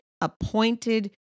appointed